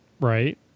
right